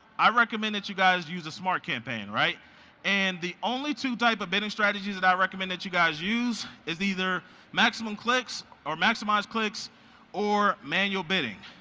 i recommend that you guys use a smart campaign, and the only two types of bidding strategies that i recommend that you guys use, is either maximum clicks or maximise clicks or manual bidding.